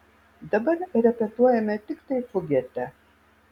dabar repetuojame tiktai fugetę